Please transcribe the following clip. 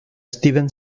steven